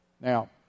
Now